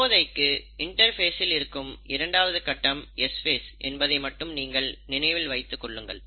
இப்போதைக்கு இன்டர்பேஸ் இல் இருக்கும் இரண்டாவது கட்டம் S ஃபேஸ் என்பதை மட்டும் நினைவில் வைத்துக் கொள்ளுங்கள்